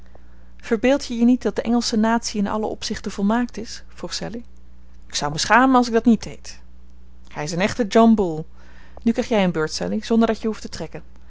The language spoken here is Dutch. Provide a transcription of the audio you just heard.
verbeeld je je niet dat de engelsche natie in alle opzichten volmaakt is vroeg sallie ik zou me schamen als ik dat niet deed hij is een echte john bull nu krijg jij een beurt sallie zonder dat je hoeft te trekken